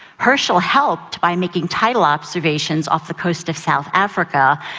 herschel helped by making tidal observations off the coast of south africa,